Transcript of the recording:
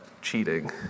cheating